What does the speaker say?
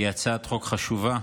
זו הצעת חוק חשובה,